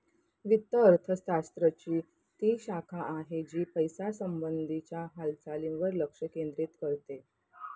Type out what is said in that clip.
वित्त अर्थशास्त्र ची ती शाखा आहे, जी पैशासंबंधी च्या हालचालींवर लक्ष केंद्रित करते